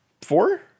four